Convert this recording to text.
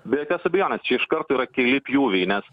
be jokios abejonės čia iš karto yra keli pjūviai nes